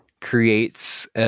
creates